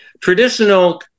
Traditional